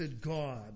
God